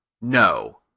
No